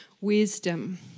wisdom